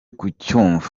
kucyumva